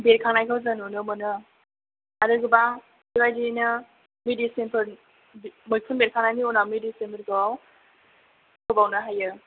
बेरखांनायखौ जों नुनो मोनो आरो गोबां बेबायदिनो मेदिसिनफोर मैखुन बेरखांनायनि उनाव मेदिसिनफोरखौ होबावनो हायो